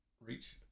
Reach